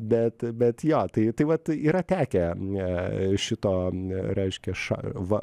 bet bet jo tai tai vat yra tekę e šito e reiškia ša va